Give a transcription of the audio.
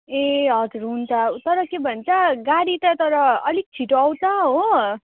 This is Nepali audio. ए हजुर हुन्छ तर के भन्छ गाडी चाहिँ तर अलिक छिटो आउँछ हो